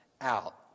out